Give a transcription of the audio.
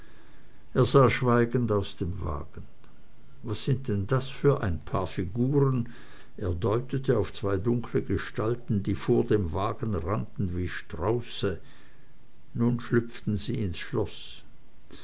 schweigend aus dem wagen was sind denn das für ein paar figuren er deutete auf zwei dunkle gestalten die vor dem wagen rannten wie strauße nun schlüpften sie ins schloß